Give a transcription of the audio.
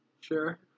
Sure